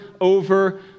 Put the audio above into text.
over